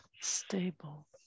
stable